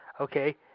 Okay